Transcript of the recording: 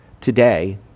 Today